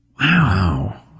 Wow